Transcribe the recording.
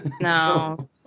No